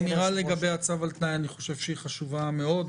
האמירה לגבי הצו על תנאי חשובה מאוד,